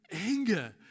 anger